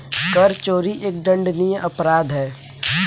कर चोरी एक दंडनीय अपराध है